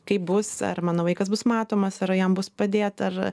kaip bus ar mano vaikas bus matomas ar jam bus padėta ar